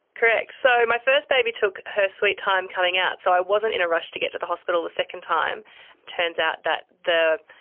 correct. so my first baby talk her sweet time coming out, so i wasn't in a rush to get to the hospital the second time. it turns out that the,